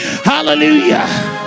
Hallelujah